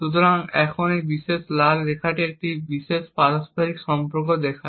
সুতরাং এখানে এই বিশেষ লাল রেখাটি একটি বিশেষ পারস্পরিক সম্পর্ক দেখায়